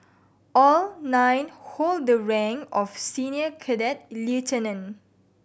all nine hold the rank of senior cadet lieutenant